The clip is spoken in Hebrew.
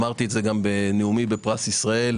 אמרתי את זה גם בנאומי בפרס ישראל,